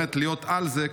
להיות על זה,